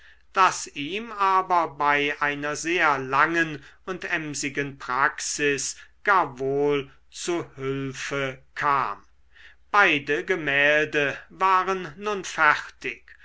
das ihm aber bei einer sehr langen und emsigen praxis gar wohl zu hülfe kam beide gemälde waren nun fertig